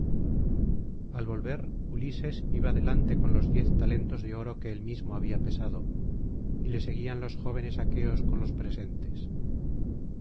al volver ulises iba delante con los diez talentos de oro que él mismo había pesado y le seguían los jóvenes aqueos con los presentes